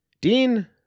Dean